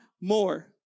more